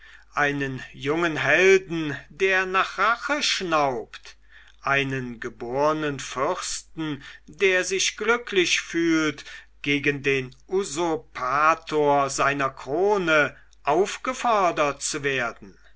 einen jungen helden der nach rache schnaubt einen gebornen fürsten der sich glücklich fühlt gegen den usurpator seiner krone aufgefordert zu werden